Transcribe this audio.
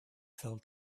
fell